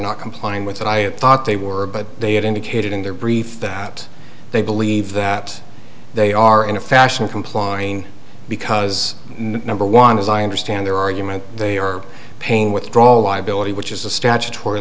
not complying with what i thought they were but they had indicated in their brief that they believe that they are in a fashion complying because number one as i understand their argument they are paying withdraw liability which is a statutory